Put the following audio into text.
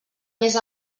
més